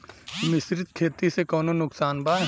मिश्रित खेती से कौनो नुकसान बा?